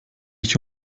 ich